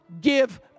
give